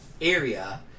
area